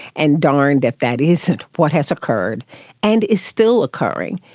and darned if that isn't what has occurred and is still occurring.